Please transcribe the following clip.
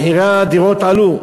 מחירי הדירות עלו.